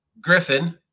Griffin